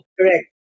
Correct